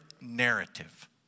narrative